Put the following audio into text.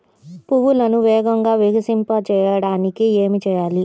పువ్వులను వేగంగా వికసింపచేయటానికి ఏమి చేయాలి?